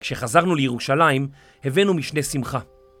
כשחזרנו לירושלים, הבאנו משנה שמחה.